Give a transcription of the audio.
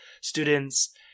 students